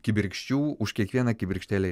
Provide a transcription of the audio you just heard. kibirkščių už kiekvieną kibirkštėlę